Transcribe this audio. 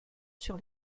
sur